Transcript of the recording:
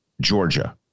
Georgia